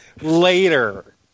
later